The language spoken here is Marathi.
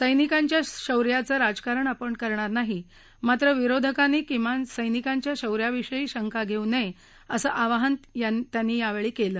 सैनिकांच्या शौर्याचं राजकारण आपण करणार नाही मात्र विरोधकांनी किमान सैनिकांच्या शौर्याविषयी शंका घस्त नया असं आवाहन त्यांनी यावछी कले